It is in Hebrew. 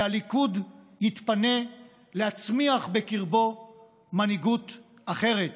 והליכוד יתפנה להצמיח בקרבו מנהיגות אחרת,